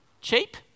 Cheap